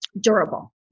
durable